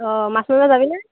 অ' মাছ মাৰিব যাবি নে